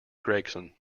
gregson